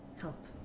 Help